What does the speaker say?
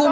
МАЯ